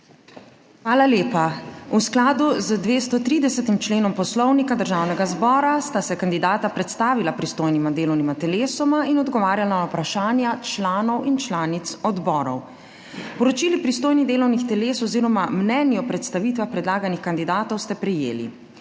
Hvala lepa. V skladu z 230. členom Poslovnika Državnega zbora sta se kandidata predstavila pristojnima delovnima telesoma in odgovarjala na vprašanja članov in članic odborov. Poročili pristojnih delovnih teles oz. mnenj o predstavitvah predlaganih kandidatov ste prejeli.